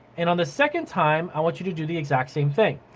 and on the second time i want you to do the exact same thing.